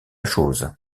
chose